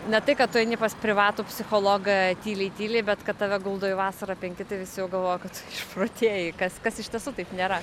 ne tai kad tu eini pas privatų psichologą tyliai tyliai bet kad tave guldo į vasarą penki tai visi jau galvoja kad tu išprotėjai kas kas iš tiesų taip nėra